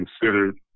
considered